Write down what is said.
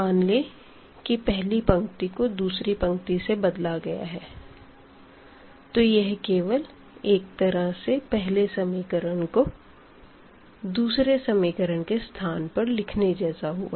मान ले की पहली रो को दूसरी रो से बदला गया है तो यह केवल एक तरह से पहले इक्वेशन को दूसरे इक्वेशन के स्थान पर लिखने जैसा हुआ